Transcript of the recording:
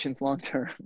long-term